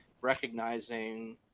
recognizing